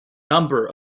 number